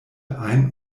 ein